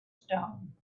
stone